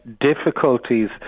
difficulties